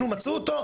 נו מצא אותו,